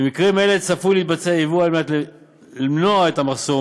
במקרים אלה צפוי להתבצע יבוא על מנת למנוע את המחסור.